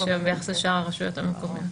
שיש היום ביחס לשאר הרשויות המקומיות.